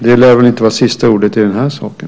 Det lär inte vara sista ordet om den här saken.